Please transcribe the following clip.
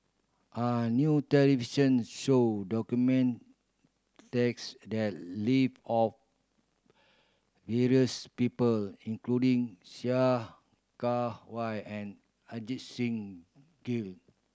a new television show documented text live of various people including Sia Kah Hui and Ajit Singh Gill